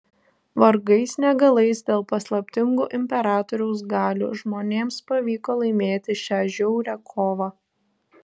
vargais negalais dėl paslaptingų imperatoriaus galių žmonėms pavyko laimėti šią žiaurią kovą